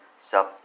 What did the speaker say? sub